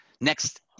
next